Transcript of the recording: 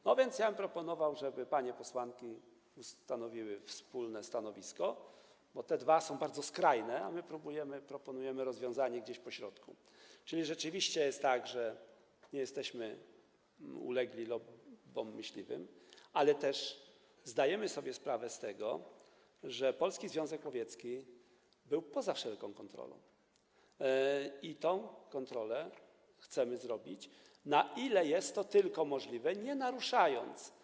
No więc ja bym proponował, żeby panie posłanki ustanowiły wspólne stanowisko, bo te dwa są bardzo skrajne, a my proponujemy rozwiązanie gdzieś pośrodku, czyli rzeczywiście jest tak, że jesteśmy ulegli wobec lobby myśliwych, ale też zdajemy sobie sprawę z tego, że Polski Związek Łowiecki był poza wszelką kontrolą i tę kontrolę chcemy wprowadzić, na ile jest to tylko możliwe, nie naruszając.